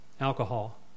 alcohol